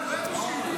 איך 23 נגד?